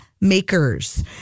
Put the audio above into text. makers